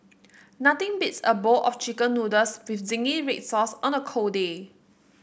nothing beats a bowl of chicken noodles with zingy red sauce on a cold day